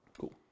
Cool